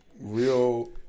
real